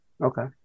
okay